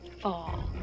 fall